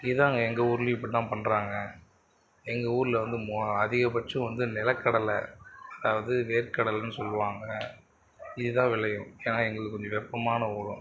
இதுதாங்க எங்கள் ஊர்லேயும் இப்படி தான் பண்றாங்க எங்கள் ஊரில் வந்து மோ அதிகபட்சம் வந்து நிலக்கடலை அதாவது வேர்க்கடலைன்னு சொல்லுவாங்க இதுதான் விளையும் ஏன்னால் எங்களுக்கு கொஞ்சம் வெப்பமான ஊரு